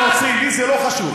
לי זה לא חשוב.